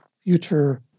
future